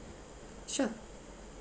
sure